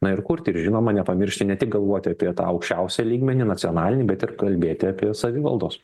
na ir kurti ir žinoma nepamiršti ne tik galvoti apie tą aukščiausią lygmenį nacionalinį bet ir kalbėti apie savivaldos